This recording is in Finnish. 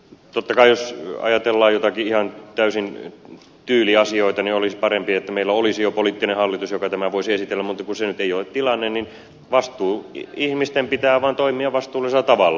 totta kai jos ajatellaan joitakin ihan täysin tyyliasioita olisi parempi että meillä olisi jo poliittinen hallitus joka tämän voisi esitellä mutta kun se nyt ei ole tilanne niin vastuuihmisten pitää vaan toimia vastuullisella tavalla